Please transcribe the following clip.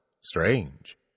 Strange